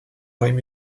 oreille